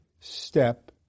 step